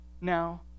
now